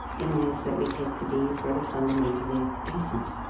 in ways that we take to be sort of fundamentally decent.